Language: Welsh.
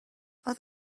oedd